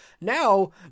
Now